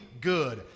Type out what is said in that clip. good